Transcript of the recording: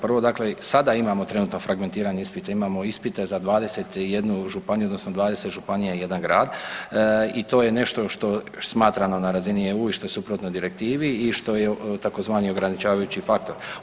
Prvo, dakle sada imamo trenutno fragmentiranje ispita, imamo ispite za 21 županiju odnosno 20 županija i jedan grad i to je nešto što smatramo na razini EU i što je suprotno direktivi i što je tzv. ograničavajući faktor.